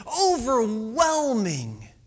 overwhelming